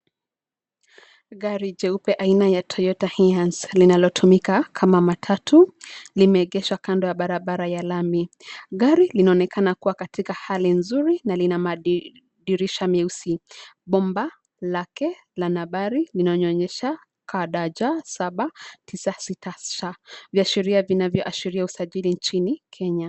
Gari jeupe aina ya Toyota Hiace linalotumika kama matatu, limeegeshwa kando ya barabara ya lami. Gari linaonekana kuwa katika hali nzuri na lina madirisha meusi. Bomba lake na nambari linanionyesha KDG 796C viashiria vinavyoashiria usajili nchini kenya.